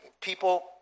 people